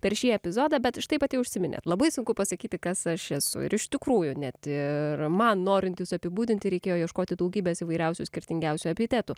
per šį epizodą bet štai pati užsiminėt labai sunku pasakyti kas aš esu ir iš tikrųjų net ir man norint jus apibūdinti reikėjo ieškoti daugybės įvairiausių skirtingiausių epitetų